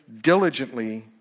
diligently